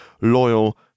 Loyal